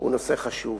הוא נושא חשוב,